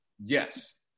Yes